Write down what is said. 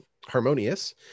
Harmonious